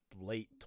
late